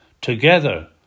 together